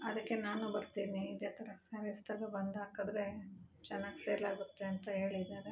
ಅದಕ್ಕೆ ನಾನೂ ಬರ್ತೀನಿ ಇದೆ ಥರ ಸ್ಯಾರೀಸ್ ತಗೊಬಂದು ಹಾಕದ್ರೆ ಚೆನ್ನಾಗ್ ಸೇಲ್ ಆಗುತ್ತೆ ಅಂತ ಹೇಳಿದಾರೆ